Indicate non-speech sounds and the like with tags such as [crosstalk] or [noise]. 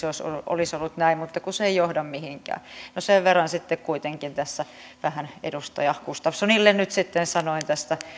[unintelligible] jos olisi ollut näin mutta kun se ei johda mihinkään sen verran sitten kuitenkin tässä vähän edustaja gustafssonille sanoin tästä